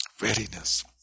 Readiness